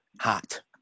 hot